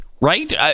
right